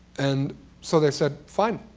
and so they said, fine,